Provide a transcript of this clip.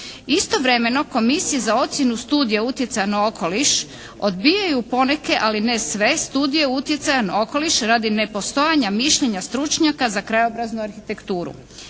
Istovremeno komisija za ocjenu studija utjecaja na okoliš odbijaju poneke, ali ne sve studije utjecaja na okoliš radi nepostojanja mišljenja stručnjaka za krajobraznu arhitekturu.